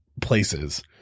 places